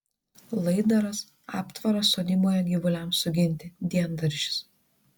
laidaras aptvaras sodyboje gyvuliams suginti diendaržis